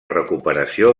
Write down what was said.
recuperació